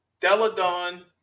Deladon